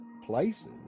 places